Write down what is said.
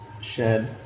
shed